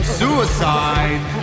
suicide